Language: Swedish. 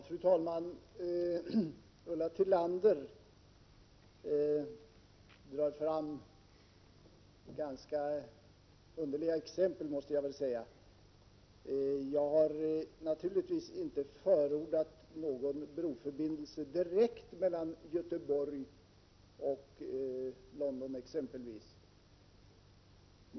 Fru talman! Ulla Tillander drar fram ganska underliga exempel, måste jag säga. Jag har naturligtvis inte förordat någon broförbindelse direkt mellan Göteborg och exempelvis London.